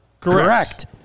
Correct